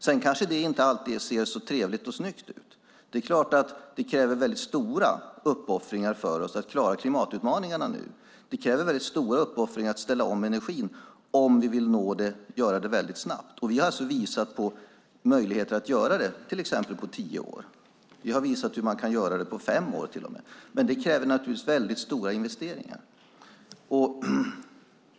Sedan det kanske inte alltid ser så trevligt och snyggt ut. Det är klart att det krävs väldigt stora uppoffringar för att klara klimatutmaningarna nu. Det krävs väldigt stora uppoffringar för att ställa om energin om vi vill göra det väldigt snabbt. Vi har alltså visat på möjligheter att göra det till exempel på tio år. Vi har visat hur man kan göra det till och med på fem år. Men det kräver naturligtvis väldigt stora investeringar.